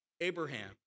Abraham